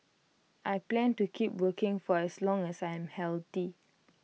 I plan to keep working for as long as I am healthy